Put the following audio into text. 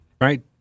right